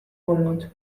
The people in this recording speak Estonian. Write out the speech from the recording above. olnud